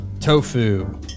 Tofu